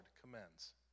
commends